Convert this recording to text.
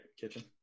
Kitchen